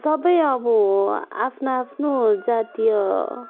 सबै अब आफ्नो आफ्नो जातीय